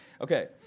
Okay